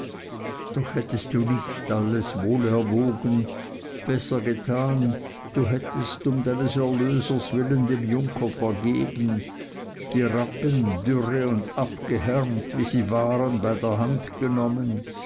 doch hättest du nicht alles wohl erwogen besser getan du hättest um deines erlösers willen dem junker vergeben die rappen dürre und abgehärmt wie sie waren bei der hand genommen